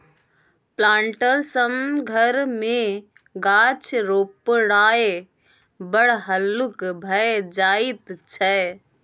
planter सँ घर मे गाछ रोपणाय बड़ हल्लुक भए जाइत छै